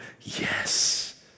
yes